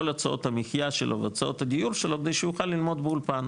הצעות המחייה שלו והוצאות הדיור שלו כדי שיוכל ללמוד באולפן,